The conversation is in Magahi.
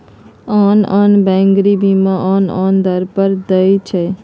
आन आन बैंक गृह बीमा आन आन दर पर दइ छै